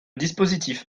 dispositif